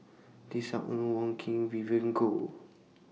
Tisa Ng Wong Keen Vivien Goh